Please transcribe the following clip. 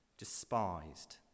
despised